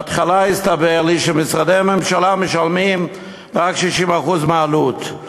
בהתחלה הסתבר לי שמשרדי הממשלה משלמים רק 60% מהעלות,